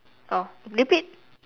oh repeat